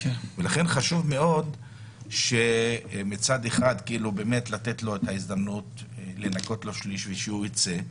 לכן חשוב מאוד שמצד אחד לתת לו את ההזדמנות לנכות לו שליש ושהוא ייצא,